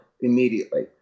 immediately